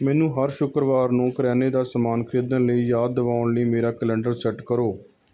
ਮੈਨੂੰ ਹਰ ਸ਼ੁੱਕਰਵਾਰ ਨੂੰ ਕਰਿਆਨੇ ਦਾ ਸਮਾਨ ਖਰੀਦਣ ਦੀ ਯਾਦ ਦਿਵਾਉਣ ਲਈ ਮੇਰਾ ਕੈਲੰਡਰ ਸੈੱਟ ਕਰੋ